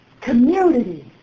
community